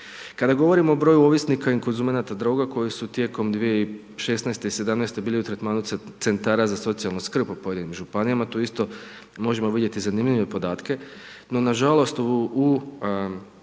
Kada govorimo o broju ovisnika i konzumenata droga koji su tijekom 2016., 2017. bili u tretmanu centara za socijalnu skrb po pojedinim županijama tu isto možemo vidjeti zanimljive podatke. No nažalost u